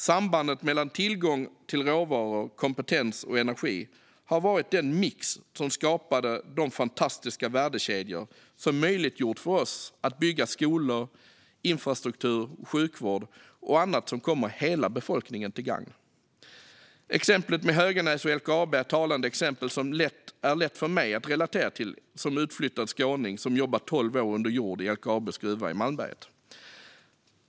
Sambandet mellan tillgång till råvaror, tillgång till kompetens och tillgång till energi har varit den mix som skapat de fantastiska värdekedjor som möjliggjort för oss att bygga skolor, infrastruktur, sjukvård och annat som kommer hela befolkningen till gagn. Exemplet med Höganäs och LKAB är ett talande exempel som är lätt för mig, som utflyttad skåning som jobbat tolv år under jord i LKAB:s gruva i Malmberget, att relatera till.